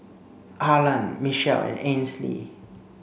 Harland Michele and Ainsley